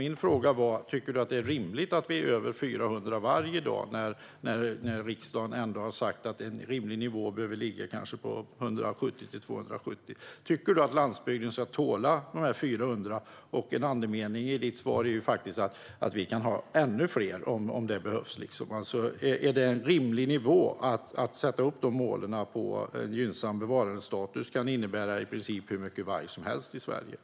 Min fråga var: Tycker du att det är rimligt att det i dag är över 400 vargar när riksdagen har sagt att en rimlig nivå kanske behöver ligga på 170-270, Emma Nohrén? Tycker du att landsbygden ska tåla 400? Andemeningen i ditt svar är att vi kan ha ännu fler om det behövs. Är det en rimlig nivå att sätta upp målet att en gynnsam bevarandestatus kan innebära i princip hur mycket varg som helst i Sverige?